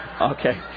Okay